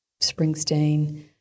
Springsteen